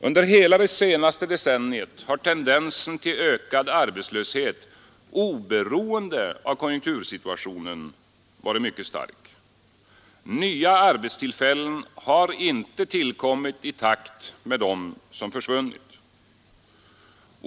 Under hela det senaste decenniet har tendensen till ökad arbetslöshet oberoende av konjunktursituationen varit mycket stark. Nya arbetstillfällen har inte tillkommit i takt med dem som försvunnit.